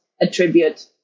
attribute